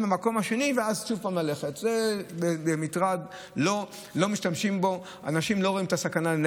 מהמקום השני ואז שוב ללכת כדי להגיע לבית הספר.